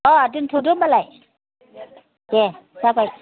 अ दोनथ'दो होनबालाय दे जाबाय